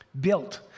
built